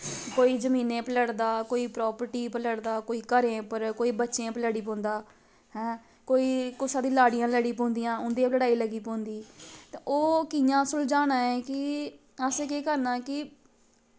कोई जमीने पर लड़दा कोई परापर्टी पर लड़दा कोई घरें पर कोई बच्चें पर लड़ी पौंदा हैं कोई कुसा दी लाड़ियां लड़ी पौंदियां उं'दी गै लड़ाई लग्गी पौंदी तो ओह् कि'यां सुलझाना ऐ कि असैं केह् करना कि